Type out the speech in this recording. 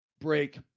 break